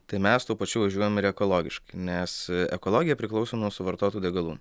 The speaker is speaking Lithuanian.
tai mes tuo pačiu važiuojam ir ekologiškai nes ekologija priklauso nuo suvartotų degalų